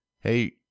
hey